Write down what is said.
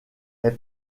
est